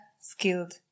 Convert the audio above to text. skilled